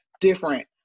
different